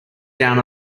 down